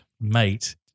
Mate